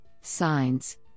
signs